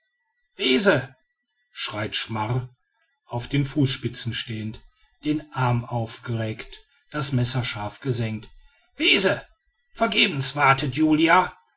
schreit schmar auf den fußspitzen stehend den arm aufgereckt das messer scharf gesenkt wese vergebens wartet julia